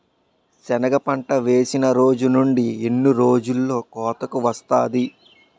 సెనగ పంట వేసిన రోజు నుండి ఎన్ని రోజుల్లో కోతకు వస్తాది?